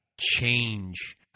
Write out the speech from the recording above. change